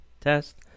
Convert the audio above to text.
test